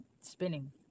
spinning